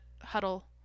huddle